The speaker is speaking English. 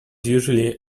usually